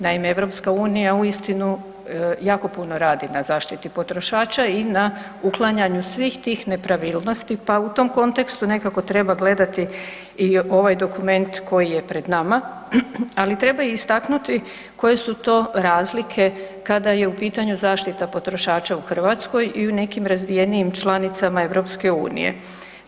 Naime, EU uistinu jako puno radi na zaštiti potrošača i na uklanjanju svih tih nepravilnosti pa u tom kontekstu nekako treba gledati i ovaj dokument koji je pred nama ali treba istaknuti koje su to razlike kada je u pitanju zaštita potrošača u Hrvatskoj i u nekim razvijenijim članicama EU-a.